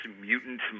mutant